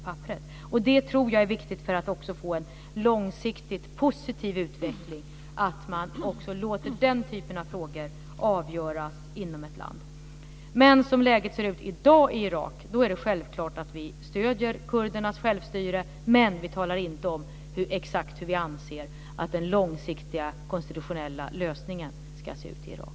Jag tror att det är viktigt för att få en långsiktigt positiv utveckling att man också låter den typen av frågor avgöras inom ett land. Men som läget ser ut i dag i Irak är det självklart att vi stöder kurdernas självstyre. Men vi talar inte om exakt hur vi anser att den långsiktiga konstitutionella lösningen ska se ut i Irak.